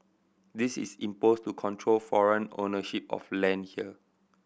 this is imposed to control foreign ownership of land here